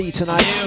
tonight